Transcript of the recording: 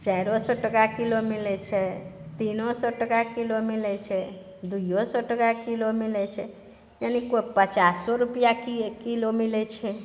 चारिओ सए टका किलो मिलै छै तीनो सए टका किलो मिलै छै दुइयो सए टका किलो मिलै छै यानि केओ पचासो रुपआ की किलो मिलै छै